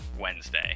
Wednesday